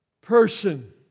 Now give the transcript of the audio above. person